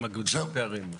מגדיל פערים אפילו.